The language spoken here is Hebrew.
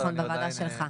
נכון, בוועדה שלך.